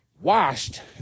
washed